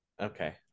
Okay